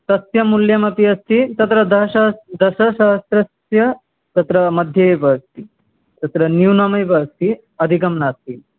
तस्य मूल्यमपि अस्ति तत्र दशसहस्त्रस्य तत्र मध्ये एव अस्ति तत्र न्यूनमेव अस्ति अधिकं नास्ति